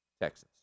Texas